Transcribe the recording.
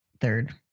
third